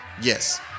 Yes